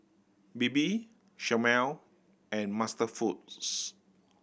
Bebe Chomel and MasterFoods